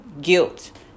guilt